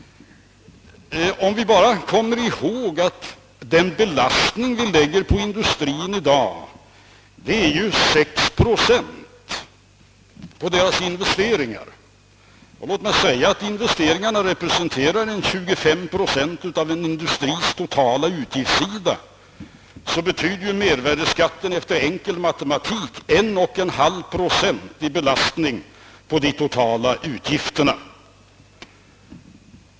Om vi bara kommer ihåg att den belastning som läggs på industrien i dag är 6 procent av deras investeringar -— låt mig säga: att dessa representerar 25 procent av en industris totala utgifter — betyder mervärdeskatten enligt enkel matematik 11/> procent av de totala utgifterna.